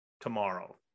tomorrow